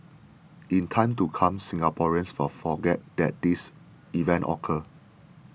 in time to come Singaporeans for forget that this event occur